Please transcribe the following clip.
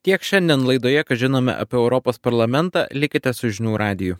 tiek šiandien laidoje ką žinome apie europos parlamentą likite su žinių radiju